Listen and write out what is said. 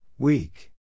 Weak